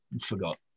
forgot